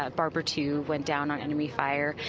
ah barbara two went down on enemy fire.